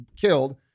killed